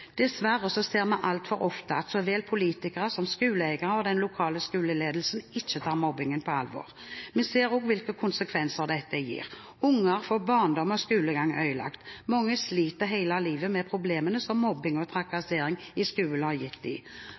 Dessverre ser vi altfor ofte at så vel politikere som skoleeiere og den lokale skoleledelsen ikke tar mobbing på alvor. Vi ser også hvilke konsekvenser dette har. Unger får barndom og skolegang ødelagt. Mange sliter hele livet med problemene som mobbing og trakassering i skolen har gitt